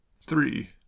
Three